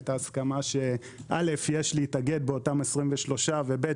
את ההסכמה שיש להתאגד באותם 23 וכן,